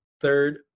third